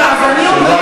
למה אנחנו לא,